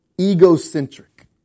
egocentric